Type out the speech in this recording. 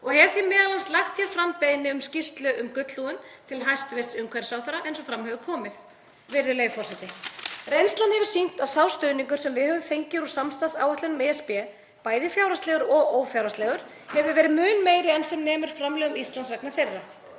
og hef því m.a. lagt fram beiðni um skýrslu um gullhúðun til hæstv. umhverfisráðherra eins og fram hefur komið. Virðulegi forseti. Reynslan hefur sýnt að sá stuðningur sem við höfum fengið úr samstarfsáætlunum ESB, bæði fjárhagslegur og ófjárhagslegur, hefur verið mun meiri en sem nemur framlögum Íslands vegna þeirra.